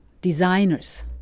designers